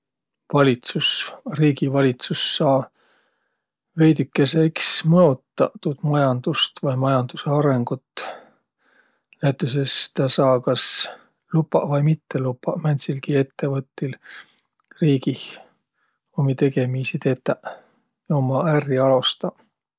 Valitsus, riigi valitsus saa veidükese iks mõotaq tuud majandust vai majandusõ arõngut. Näütüses tä saa kas lupaq vai mitte lupaq määntsilgi ettevõttil riigih ummi tegemiisi tetäq ja umma ärri alostaq.